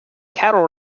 cattle